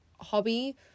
hobby